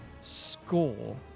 score